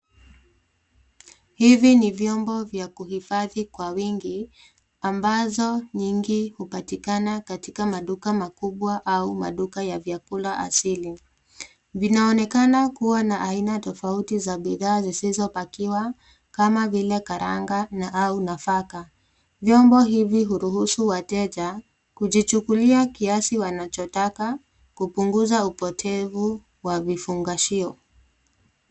Hivi ni vyombo vya kuhifadhi kwa wingi ambazo nyingi hupatikana katika maduka makubwa au maduka ya vyakula asili. Vinaonekana kuwa na aina tofauti za bidha zisizopakiwa kama vile karanga au nafaka. Vyombo hivi huruhusu wateja kujichukulia kiasi wanachotaka kupunguza upotevu wa vifungashio.